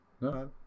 no